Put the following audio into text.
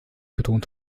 betont